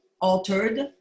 altered